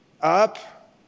Up